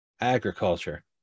agriculture